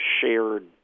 shared